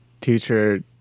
teacher